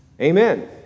Amen